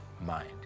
mind